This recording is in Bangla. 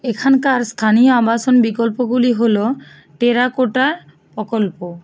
এখানকার স্থানীয় আবাসন বিকল্পগুলি হলো টেরাকোটার প্রকল্প